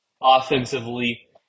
offensively